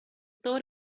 thought